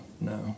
No